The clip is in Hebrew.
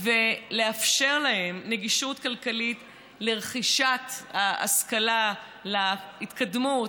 ולאפשר להם נגישות כלכלית לרכישת השכלה, להתקדמות,